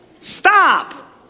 Stop